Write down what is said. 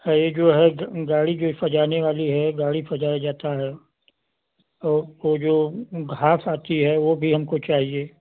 है ये जो है त गाड़ी जो सजाने वाली है गाड़ी सजाया जाता है वो वो जो घास आती है वो भी हमको चाहिए